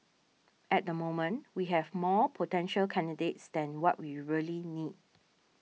at the moment we have more potential candidates than what we really need